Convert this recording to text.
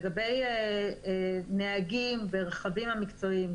לגבי נהגים ברכבים המקצועיים,